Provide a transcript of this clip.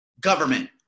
government